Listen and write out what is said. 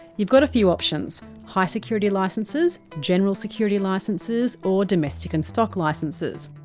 you've got a few options high security licences, general security licences or domestic and stock licences.